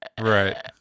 right